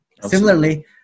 Similarly